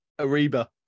Ariba